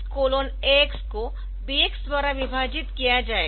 तो DXAX को BX द्वारा विभाजित किया जाएगा